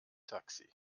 taxi